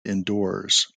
indoors